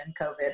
COVID